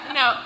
no